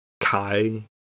Kai